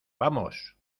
vamos